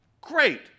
Great